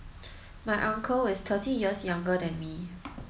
my uncle is thirty years younger than me